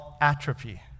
atrophy